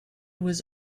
was